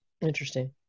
Interesting